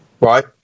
Right